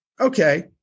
Okay